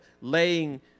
laying